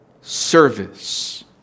service